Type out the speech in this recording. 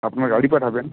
আপনার গাড়ি পাঠাবেন